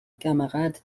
camarade